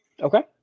Okay